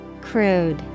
Crude